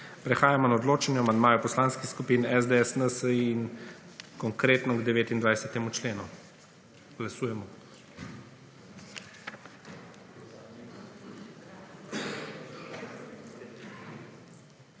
Prehajamo na odločanje o amandmaju poslanskih skupin SDS, NSi in Konkretno, k 29. členu. Glasujemo.